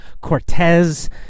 Cortez